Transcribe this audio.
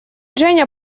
женя